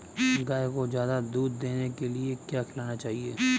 गाय को ज्यादा दूध देने के लिए क्या खिलाना चाहिए?